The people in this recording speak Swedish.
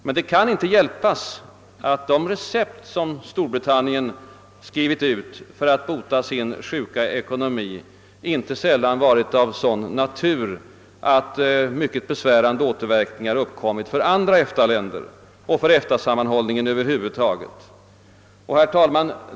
Men det kan inte hjälpas att de recept som Storbritannien skrivit ut för att bota sin sjuka ekonomi inte sällan Varit av sådan natur att mycket besvärande återverkningar uppkommit för andra EFTA-länder och för EFTA-sammanhållningen över huvud taget. Herr talman!